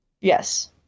Yes